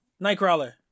Nightcrawler